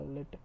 Let